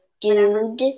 dude